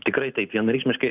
tikrai taip vienareikšmiškai